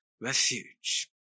refuge